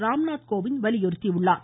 ராம்நாத் கோவிந்த் வலியுறுத்தியுள்ளார்